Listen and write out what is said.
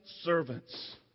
servants